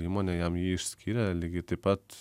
įmonė jam jį išskyrė lygiai taip pat